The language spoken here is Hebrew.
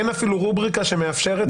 אין אפילו רובריקה שמאפשרת חיסון חובה.